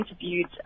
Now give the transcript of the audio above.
interviewed